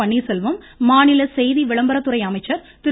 பன்னீர்செல்வம் மாநில செய்தி விளம்பரத்துறை அமைச்சர் திரு